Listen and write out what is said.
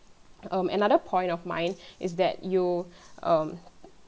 um another point of mine is that you um